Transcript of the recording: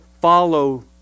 follow